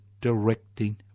directing